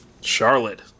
Charlotte